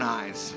eyes